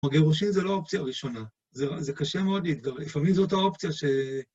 הגירושין זה לא האופציה הראשונה, זה קשה מאוד להתגרש, לפעמים זאת האופציה ש...